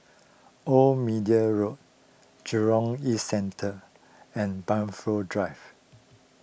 Old Middle Road Jurong East Central and Blandford Drive